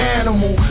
animal